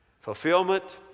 Fulfillment